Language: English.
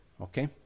Okay